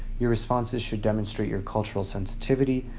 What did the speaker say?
your responses should demonstrate your cultural sensitivity,